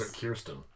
Kirsten